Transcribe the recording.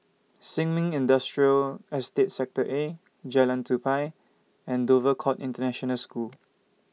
Sin Ming Industrial Estate Sector A Jalan Tupai and Dover Court International School